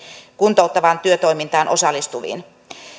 kuntouttavaan työtoimintaan osallistuviin